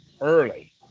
early